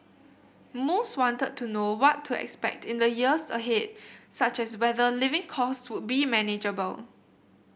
most wanted to know what to expect in the years ahead such as whether living costs would be manageable